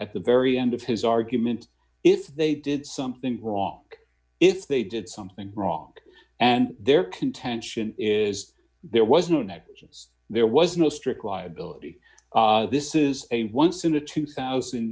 at the very end of his argument if they did something wrong if they did something wrong and their contention is there was no negligence there was no strict liability this is a once in a two thousand